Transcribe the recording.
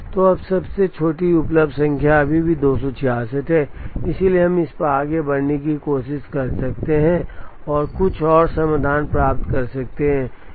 तो अब सबसे छोटी उपलब्ध संख्या अभी भी 266 है इसलिए हम इस पर आगे बढ़ने की कोशिश कर सकते हैं और कुछ और समाधान प्राप्त कर सकते हैं